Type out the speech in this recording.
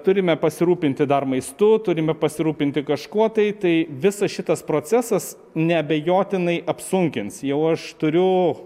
turime pasirūpinti dar maistu turime pasirūpinti kažkuo tai tai visas šitas procesas neabejotinai apsunkins jau aš turiu